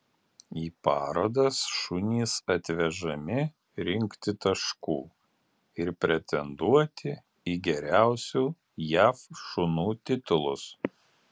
į parodas šunys atvežami rinkti taškų ir pretenduoti į geriausių jav šunų titulus